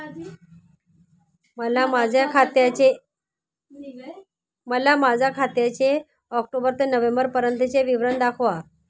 मला माझ्या खात्याचे ऑक्टोबर ते नोव्हेंबर पर्यंतचे विवरण दाखवा